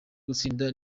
gutsinda